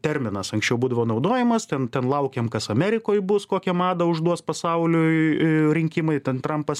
terminas anksčiau būdavo naudojamas ten ten laukiam kas amerikoj bus kokią madą užduos pasauliui rinkimai ten trampas